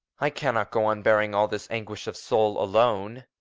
i cannot go on bearing all this anguish of soul alone.